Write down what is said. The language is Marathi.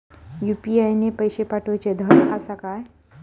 यू.पी.आय ने पैशे पाठवूचे धड आसा काय?